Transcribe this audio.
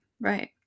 right